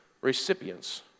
recipients